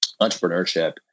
entrepreneurship